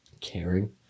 caring